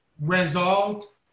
result